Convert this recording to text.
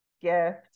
gift